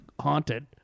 haunted